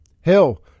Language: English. Hell